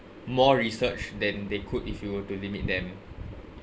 more research than they could if you were to limit them